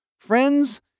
Friends